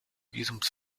visums